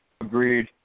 Agreed